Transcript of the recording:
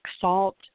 salt